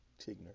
Tigner